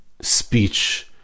speech